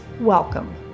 Welcome